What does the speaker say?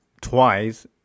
twice